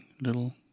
little